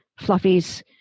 Fluffy's